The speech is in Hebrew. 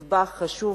גברתי פאינה, בבקשה.